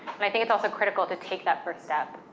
and i think it's also critical to take that first step,